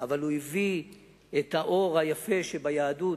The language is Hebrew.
אבל הוא הביא את האור היפה שביהדות,